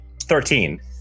Thirteen